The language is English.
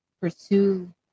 pursue